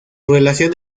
relación